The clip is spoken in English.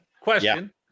Question